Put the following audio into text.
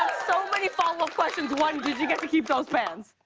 so many follow-up questions. one, did you get to keep those pants?